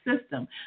system